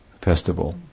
festival